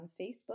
Facebook